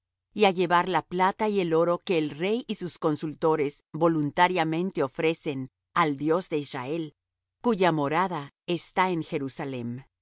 y á llevar la plata y el oro que el rey y sus consultores voluntariamente ofrecen al dios de israel cuya morada está en jerusalem